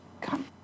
come